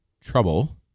trouble